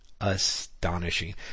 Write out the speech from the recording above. astonishing